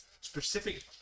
specific